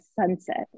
sunset